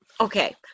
okay